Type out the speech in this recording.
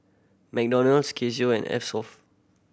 McDonald's Casio and Eversoft